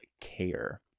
care